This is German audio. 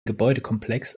gebäudekomplex